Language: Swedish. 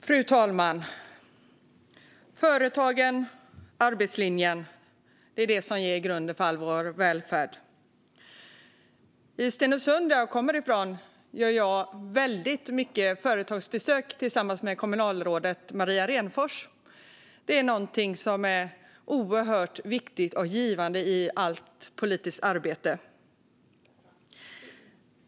Fru talman! Företagen och arbetslinjen - det är detta som ger grunden för all vår välfärd. I Stenungsund, som jag kommer ifrån, gör jag många företagsbesök tillsammans med kommunalrådet Maria Renfors. Detta är något som är oerhört viktigt och givande i allt politiskt arbete.